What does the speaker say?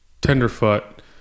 tenderfoot